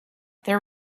there